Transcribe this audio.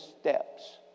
steps